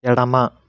ఎడమ